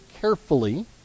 carefully